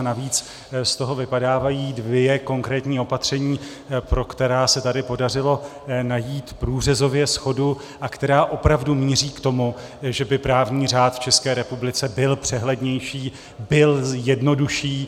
Navíc z toho vypadávají dvě konkrétní opatření, pro která se tady podařilo najít průřezově shodu a která opravdu míří k tomu, že by právní řád v České republice byl přehlednější, byl jednodušší.